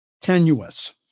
tenuous